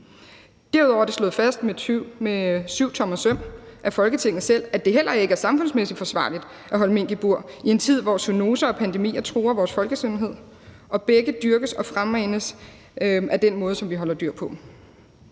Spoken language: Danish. Derudover er det slået fast med syvtommersøm af Folketinget selv, at det heller ikke er samfundsmæssigt forsvarligt at holde mink i bur i en tid, hvor zoonoser og pandemier truer vores folkesundhed og begge dyrkes og fremmanes af den måde, som vi holder dyr på.